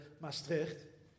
Maastricht